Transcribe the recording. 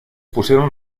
pusieron